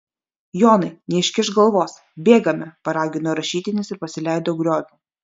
jonai neiškišk galvos bėgame paragino rašytinis ir pasileido grioviu